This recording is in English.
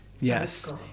yes